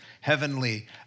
heavenly